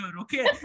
okay